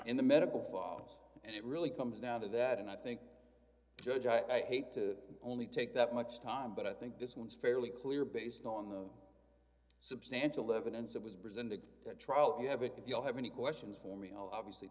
in the medical files and it really comes down to that and i think judge i hate to only take that much time but i think this was fairly clear based on the substantial evidence that was presented at trial if you have it if you have any questions for me i'll obviously